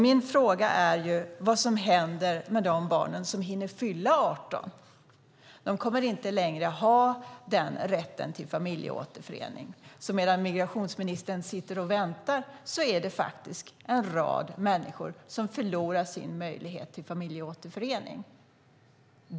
Min fråga är vad som händer med de barn som hinner fylla 18 år. De kommer inte längre att ha denna rätt till familjeåterförening. Medan migrationsministern sitter och väntar är det alltså en rad människor som förlorar sin möjlighet till familjeåterförening.